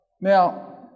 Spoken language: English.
Now